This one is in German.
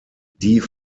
die